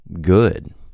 good